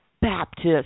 Baptist